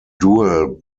duel